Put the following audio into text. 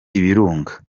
ibirunga